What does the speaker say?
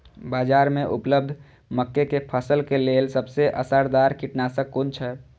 बाज़ार में उपलब्ध मके के फसल के लेल सबसे असरदार कीटनाशक कुन छै?